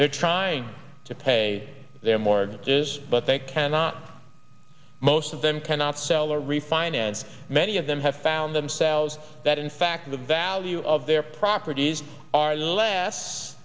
they're trying to pay their mortgages but they cannot most of them cannot sell or refinance many of them have found themselves that in fact the value of their properties are